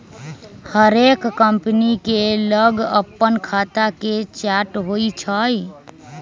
हरेक कंपनी के लग अप्पन खता के चार्ट होइ छइ